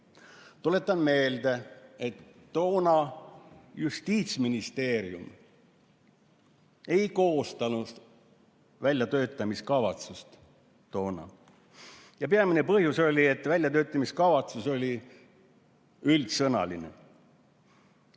Tuletan meelde, et toona Justiitsministeerium ei koostanud väljatöötamiskavatsust. Peamine põhjus oli, et väljatöötamiskavatsus oli üldsõnaline.